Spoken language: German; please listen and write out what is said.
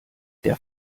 der